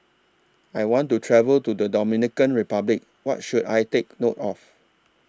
I want to travel to The Dominican Republic What should I Take note of